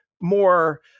more